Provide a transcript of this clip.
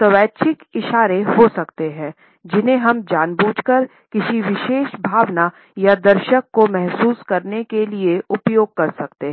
स्वैच्छिक इशारे हो सकते हैं जिन्हें हम जानबूझकर किसी विशेष भावना या दर्शक को महसूस करने के लिए उपयोग कर सकते हैं